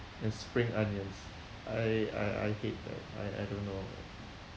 and spring onions I I I hate them I I don't know